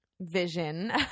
vision